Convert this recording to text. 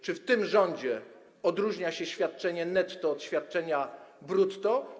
Czy w tym rządzie odróżnia się świadczenie netto od świadczenia brutto?